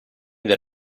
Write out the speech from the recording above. del